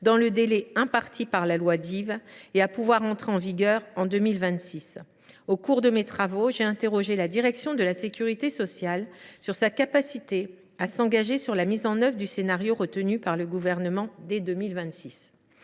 dans le délai imparti par la loi Dive et à pouvoir entrer en vigueur en 2026. Au cours de mes travaux, j’ai interrogé la direction de la sécurité sociale sur sa capacité à s’engager sur la mise en œuvre du scénario retenu par le Gouvernement dès 2026.